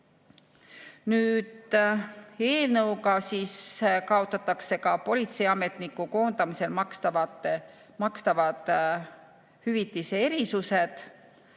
seda. Eelnõuga kaotatakse politseiametniku koondamisel makstavate hüvitiste erisused.